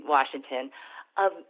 Washington